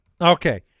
Okay